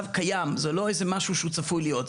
זה לא איזה משהו שהוא צפוי להיות,